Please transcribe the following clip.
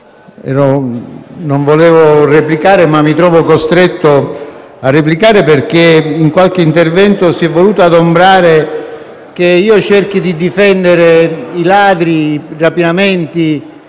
intenzione di replicare, ma mi trovo costretto a farlo perché in qualche intervento si è voluto adombrare che io cerchi di difendere i ladri, i rapinatori,